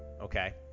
okay